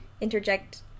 interject